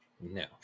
No